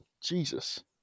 Jesus